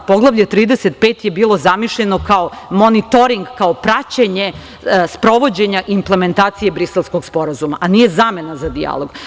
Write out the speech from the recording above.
Poglavlje 35 je bilo zamišljeno kao monitoring, kao praćenje sprovođenja implementacije Briselskog sporazuma, a nije zamena za dijalog.